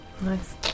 Nice